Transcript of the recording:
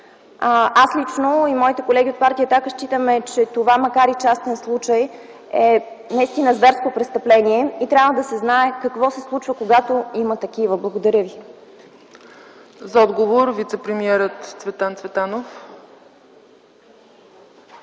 Аз лично и моите колеги от партия „Атака” считаме, че това, макар и частен случай, е наистина зверско престъпление и трябва да се знае какво се случва, когато има такива. Благодаря ви. ПРЕДСЕДАТЕЛ ЦЕЦКА ЦАЧЕВА: За отговор – вицепремиерът Цветан Цветанов.